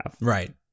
Right